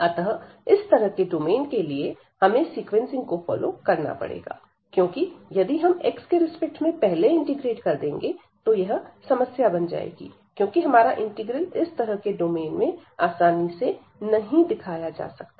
अतः इस तरह के डोमेन के लिए हमें सीक्वेंसिंग को फॉलो करना पड़ेगा क्योंकि यदि हम x के रिस्पेक्ट में पहले इंटीग्रेट कर देंगे तो यह समस्या बन जाएगी क्योंकि हमारा इंटीग्रल इस तरह के डोमेन में आसानी से नहीं दिखाया जा सकता